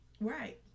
Right